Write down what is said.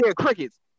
crickets